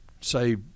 say